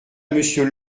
monsieur